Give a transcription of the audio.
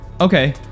Okay